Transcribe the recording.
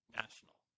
national